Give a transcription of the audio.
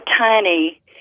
tiny